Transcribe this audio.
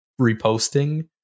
reposting